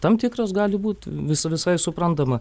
tam tikras gali būt visa visai suprantama